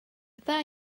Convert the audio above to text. bydda